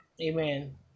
Amen